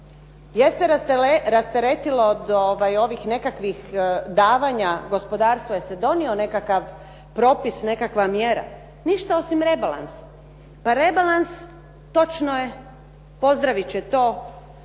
Jel se rasteretilo od ovih nekakvih davanja, gospodarstvo, jel se donio nekakav propis, nekakva mjera? Ništa osim rebalansa. Pa rebalans, točno je, pozdraviti će to